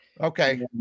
Okay